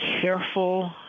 Careful